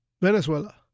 Venezuela